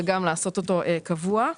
וגם לעשות אותו קבוע,